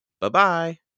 Bye-bye